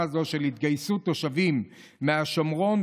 הזאת של התגייסות תושבים מהשומרון,